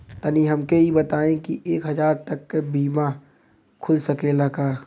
तनि हमके इ बताईं की एक हजार तक क बीमा खुल सकेला का?